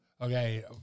Okay